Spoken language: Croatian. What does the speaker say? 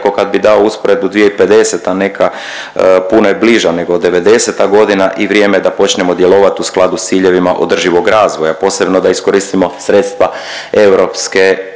nekako kad bi dao usporedbu 2050. neka puno je bliža nego '90.-ta godina i vrijeme je da počnemo djelovati u skladu s ciljevima održivog razvoja posebno da iskoristimo sredstva EU.